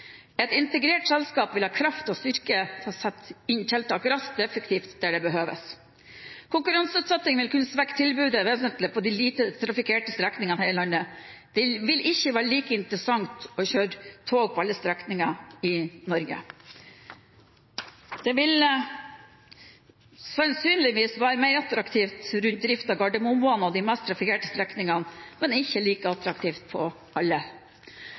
Et integrert selskap vil ha kraft og styrke til å sette inn tiltak raskt og effektivt der dette behøves. Konkurranseutsetting vil kunne svekke tilbudet vesentlig på de lite trafikkerte strekningene her i landet. Det vil ikke være like interessant å kjøre tog på alle strekninger i Norge. Det vil sannsynligvis være mer attraktivt med drift på Gardermobanen og de mest trafikkerte strekningene, men ikke like attraktivt på alle.